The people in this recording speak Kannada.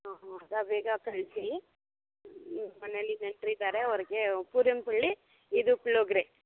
ಹಾಂ ಹೌದಾ ಬೇಗ ಕಳಿಸಿ ಹ್ಞೂ ಮನೇಲಿ ನೆಂಟರಿದಾರೆ ಅವ್ರಿಗೆ ಪೂರನ್ ಪುಳ್ಳಿ ಇದು ಪುಳಿಯೋಗ್ರೆ